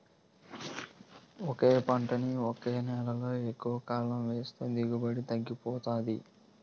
ఒకే పంటని ఒకే నేలలో ఎక్కువకాలం ఏస్తే దిగుబడి తగ్గిపోతాది